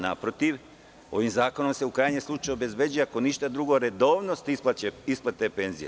Naprotiv, ovim zakonom se, u krajnjem slučaju, obezbeđuje, akoništa drugo, redovnost isplate penzija.